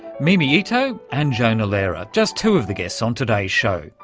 mimi ito and jonah lehrer, just two of the guests on today's show.